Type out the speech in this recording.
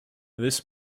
this